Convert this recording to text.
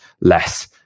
less